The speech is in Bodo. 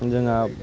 जोंहा